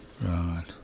Right